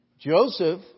Joseph